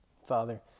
Father